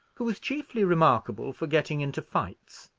who was chiefly remarkable for getting into fights,